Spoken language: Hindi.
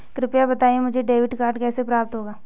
कृपया बताएँ मुझे डेबिट कार्ड कैसे प्राप्त होगा?